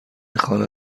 خانه